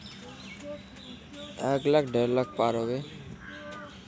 ব্যবসায়ী লোনে সুদের হার কি রকম হবে?